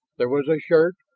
there was a shirt,